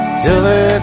silver